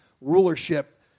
rulership